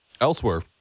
elsewhere